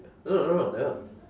no no no no never